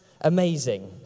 amazing